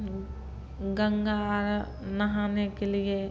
गङ्गा आर नहाने केलिए